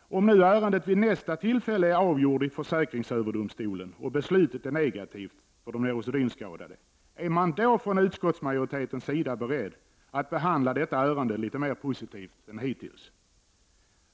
Om nu ärendet vid nästa tillfälle är avgjort i försäkringsöverdomstolen och beslutet är negativt för de neurosedynskadade, är man då från utskottsmajoritetens sida beredd att behandla detta ärende litet mera positivt än hittills?